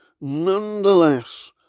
nonetheless